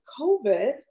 COVID